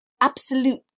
absolute